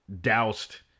doused